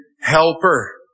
helper